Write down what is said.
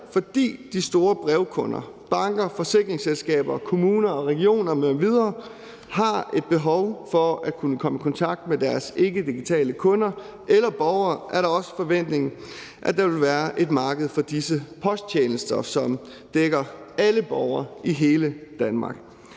fordi de store brevkunder som banker, forsikringsselskaber, kommuner, regioner m.v. har et behov for at kunne komme i kontakt med deres ikkedigitale kunder eller borgere, er det også forventningen, at der vil være et marked for disse posttjenester, som dækker alle borgere i hele Danmark.